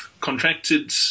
contracted